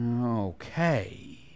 Okay